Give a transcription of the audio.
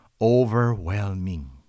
overwhelming